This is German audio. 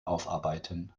aufarbeiten